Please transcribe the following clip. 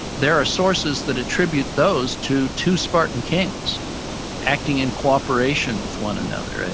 there are sources that attribute those to two spartan kings acting in cooperation with one another, and